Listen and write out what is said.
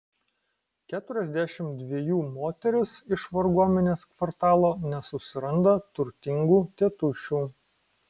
keturiasdešimt dvejų moteris iš varguomenės kvartalo nesusiranda turtingų tėtušių